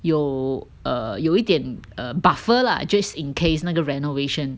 有 err 有一点 err buffer lah just in case 那个 renovation